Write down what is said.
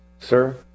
Sir